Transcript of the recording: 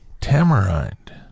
Tamarind